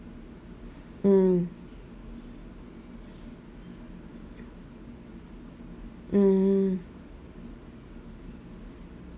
mm hmm